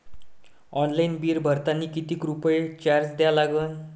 Online bill भरतानी कितीक रुपये चार्ज द्या लागन?